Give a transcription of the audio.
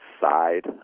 side